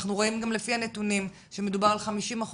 אנחנו רואים גם לפי הנתונים שמדובר על 50%